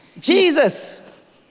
Jesus